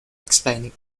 explaining